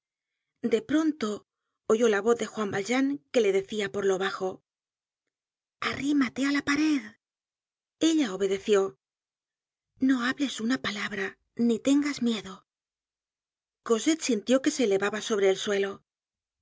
de pronto oyó la voz de juan valjean que le decia p jr lo bajo arrímate á la pared ella obedeció no hables una palabra ni tengas miedo cosette sintió que se elevalxi sobre el suelo